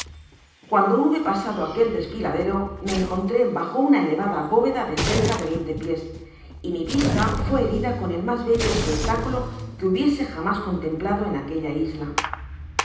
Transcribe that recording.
guando hube pasado aquel desfiladero me encontré bajo una elevada bóveda de cerca de veinte pies y mi vista fué herida con el mas bello espectaculo quethubiese jamás contemplado en aquella isla